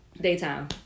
daytime